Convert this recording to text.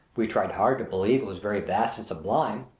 we tried hard to believe it was very vast and sublime,